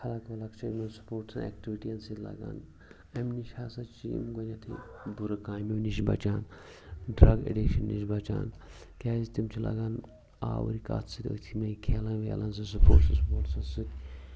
خَلق وَلق چھِ اِمَن سپوٹسَن اؠکٹِوِٹِیَن سۭتۍ لَگان اَمہِ نِش ہَسا چھِ یِم گۄڈٕنؠتھٕے بُرٕ کامیو نِش بَچان ڈرٛگ اؠڈِشَن نِش بَچان کیٛازِ تِم چھِ لَگان آوٕرۍ کَتھ سۭتۍ أتھۍ یِمَے کھیلَن ویلَن سۭتۍ سپوٹسَس وٕپوٹسَس سۭتۍ